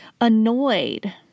annoyed